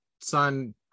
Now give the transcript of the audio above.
son-